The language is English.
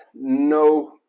no